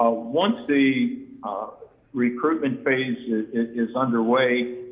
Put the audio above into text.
ah once the ah recruitment phase is is underway,